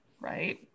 right